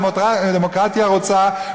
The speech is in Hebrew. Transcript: הדמוקרטיה רוצה,